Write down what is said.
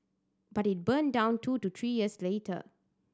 but it burned down two to three years later